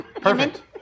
Perfect